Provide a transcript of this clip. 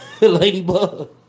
ladybug